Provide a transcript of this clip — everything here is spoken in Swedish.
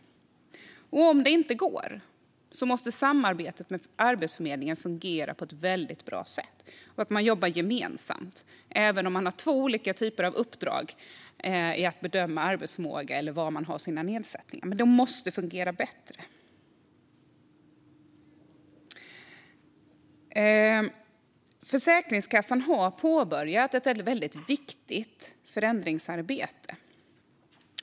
Om det inte går måste samarbetet med Arbetsförmedlingen fungera väldigt bra, och man måste jobba gemensamt även om man har olika uppdrag när det gäller att bedöma arbetsförmåga eller vilken nedsättning personen i fråga har. Detta måste fungera bättre. Försäkringskassan har påbörjat ett väldigt viktigt förändringsarbete.